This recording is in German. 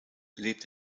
lebt